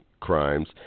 crimes